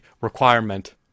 requirement